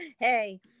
Hey